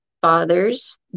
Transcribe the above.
Fathers